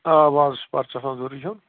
آ وازَس چھِ پرچہٕ آسان ضوٚرری ہیوٚن